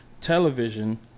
television